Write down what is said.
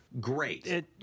great